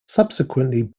subsequently